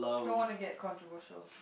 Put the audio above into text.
don't wanna get controversial